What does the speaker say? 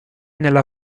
nella